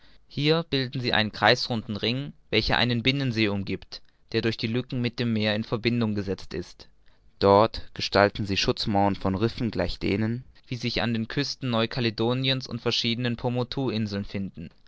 hier bilden sie einen kreisrunden ring welcher einen binnensee umgiebt der durch lücken mit dem meer in verbindung gesetzt ist dort gestalten sich schutzmauern von rissen gleich denen welche sich an den küsten neu caledoniens und verschiedener pomotou inseln finden